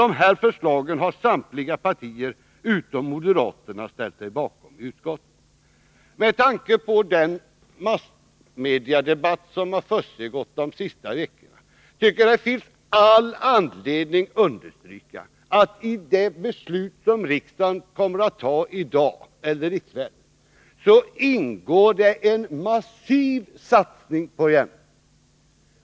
Dessa förslag har samtliga partier utom moderaterna ställt sig bakom i utskottet. Med tanke på den massmediedebatt som har försiggått de senaste veckorna finns det all anledning understryka att i det beslut som riksdagen kommer att fatta i kväll ingår en massiv satsning på järnvägen.